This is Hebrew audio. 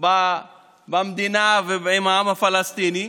במדינה ועם העם הפלסטיני,